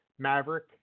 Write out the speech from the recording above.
Maverick